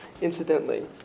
Incidentally